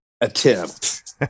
attempt